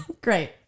Great